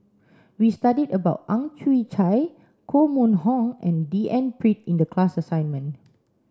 we studied about Ang Chwee Chai Koh Mun Hong and D N Pritt in the class assignment